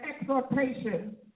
exhortation